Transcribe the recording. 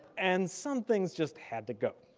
and some things just had to go.